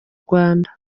rwanda